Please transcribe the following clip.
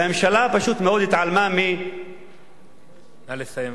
והממשלה פשוט מאוד התעלמה, נא לסיים.